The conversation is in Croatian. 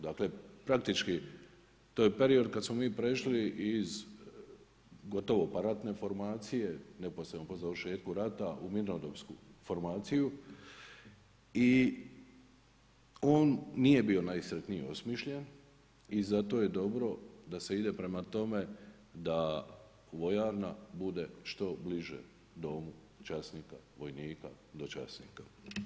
Dakle, praktički to je period kad smo mi prešli iz gotovo pa ratne formacije neposredno po završetku rata u mirnodopsku formaciju i on nije bio najsretnije osmišljen i zato je dobro da se ide prema tome da vojarna bude što bliže domu časnika, vojnika i dočasnika.